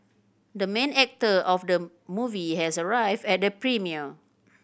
the main actor of the movie has arrived at the premiere